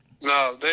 No